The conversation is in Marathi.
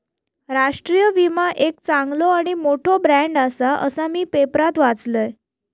राष्ट्रीय विमा एक चांगलो आणि मोठो ब्रँड आसा, असा मी पेपरात वाचलंय